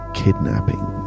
kidnapping